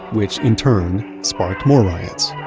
which in turn sparked more riots.